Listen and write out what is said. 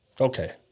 Okay